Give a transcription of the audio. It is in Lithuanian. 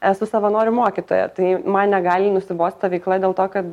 esu savanorių mokytoja tai man negali nusibost ta veikla dėl to kad